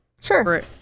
sure